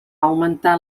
augmentar